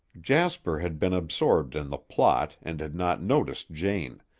jasper had been absorbed in the plot and had not noticed jane,